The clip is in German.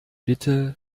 bitte